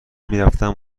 میرفتم